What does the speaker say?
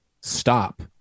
stop